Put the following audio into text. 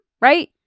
right